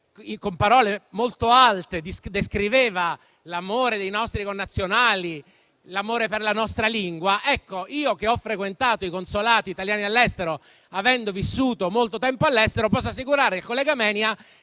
con parole molto alte, descriveva l'amore dei nostri connazionali per la nostra lingua; tuttavia, io che ho frequentato i consolati italiani all'estero, avendo vissuto molto tempo all'estero, posso assicurare al collega Menia